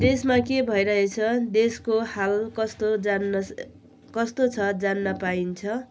देशमा के भइरहेछ देशको हाल कस्तो जान्न कस्तो छ जान्न पाइन्छ